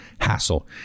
hassle